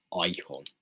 icon